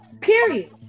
Period